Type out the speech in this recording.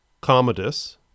Commodus